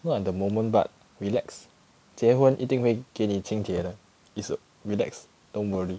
not at the moment but relax 结婚一定会给你请帖的 is a relax don't worry